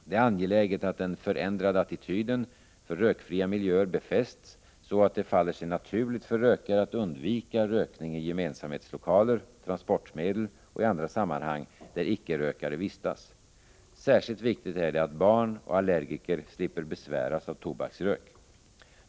Det är angeläget att den förändrade attityden för rökfria miljöer befästs så att det faller sig naturligt för rökare att undvika rökning i gemensamhetslokaler, transportmedel och i andra sammanhang, där ickerökare vistas. Särskilt viktigt är det att barn och allergiker slipper besväras av tobaksrök.